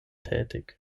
tätig